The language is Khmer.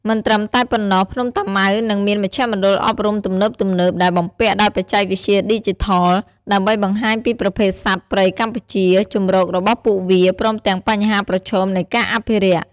មិនត្រឹមតែប៉ុណ្ណោះ ភ្នំតាម៉ៅនឹងមានមជ្ឈមណ្ឌលអប់រំទំនើបៗ ដែលបំពាក់ដោយបច្ចេកវិទ្យាឌីជីថល ដើម្បីបង្ហាញពីប្រភេទសត្វព្រៃកម្ពុជា ជម្រករបស់ពួកវា ព្រមទាំងបញ្ហាប្រឈមនៃការអភិរក្ស។